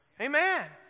Amen